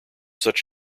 such